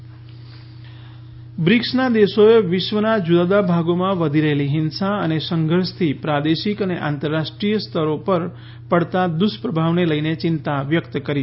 બ્રિક્સના દેશો બ્રિક્સના દેશોએ વિશ્વના જુદાજુદા ભાગોમાં વધી રહેલી હિંસા અને સંઘર્ષથી પ્રાદેશિક અને આંતરરાષ્ટ્રીય સ્તરો પર પડતા દુષ્પ્રભાવને લઇને ચિંતા વ્યક્ત કરી છે